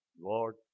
Lord